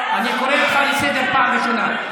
אני קורא אותך לסדר פעם ראשונה.